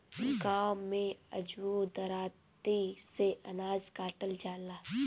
गाँव में अजुओ दराँती से अनाज काटल जाला